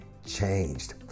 changed